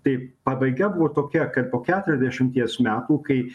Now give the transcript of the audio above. tai pabaiga buvo tokia kad po keturiasdešimties metų kai